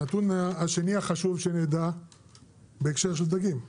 הנתון השני החשוב שנדע בהקשר של דגים,